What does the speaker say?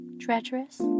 treacherous